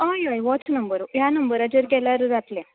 हय हय होच नंबर ह्या नंबराचेर केल्यार जातलें